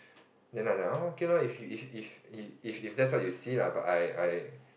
then I was like oh okay lor if if if if if that's what you see lah but I I